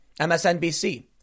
MSNBC